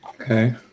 Okay